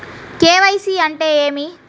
KYC అంటే ఏమి?